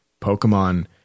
Pokemon